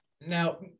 now